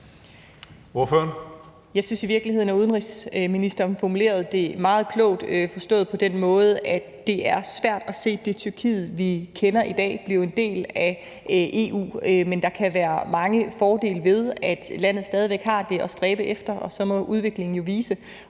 Jeg synes i virkeligheden, at udenrigsministeren formulerede det meget klogt forstået på den måde, at det er svært at se det Tyrkiet, vi kender i dag, blive en del af EU. Men der kan være mange fordele ved, at landet stadig væk har det at stræbe efter, og så må udviklingen jo vise,